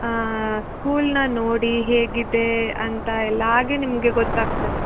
ಹಾಂ ಸ್ಕೂಲನ್ನ ನೋಡಿ ಹೇಗಿದೆ ಅಂತ ಎಲ್ಲ ಹಾಗೆ ನಿಮಗೆ ಗೊತ್ತಾಗ್ತದೆ